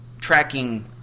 tracking